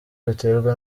biterwa